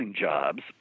jobs